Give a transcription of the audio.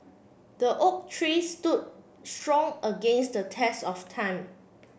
the oak tree stood strong against the test of time